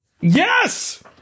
Yes